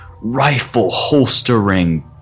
rifle-holstering